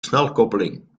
snelkoppeling